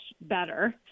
better